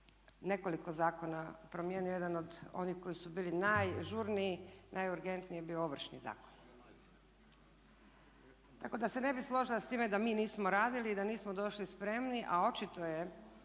nekoliko zakona promijenio. Jedan od onih koji su bili najžurniji, najurgentniji je bio Ovršni zakon. Tako da se ne bih složila s time da mi nismo radili i da nismo došli spremni. A očito je